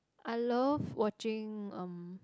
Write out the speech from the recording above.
I love watching um